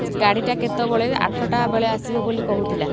ସେ ଗାଡ଼ିଟା କେତେବେଳେ ଆଠଟା ବେଳେ ଆସିବ ବୋଲି କହୁଥିଲା